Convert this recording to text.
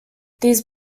these